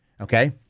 Okay